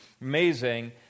amazing